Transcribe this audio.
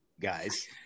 guys